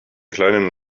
kleinen